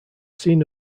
scene